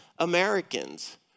Americans